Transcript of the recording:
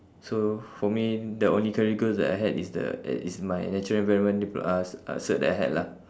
so for me the only career goals that I had is the uh is my natural environment dipl~ uh uh cert that I had lah